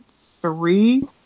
three